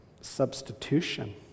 substitution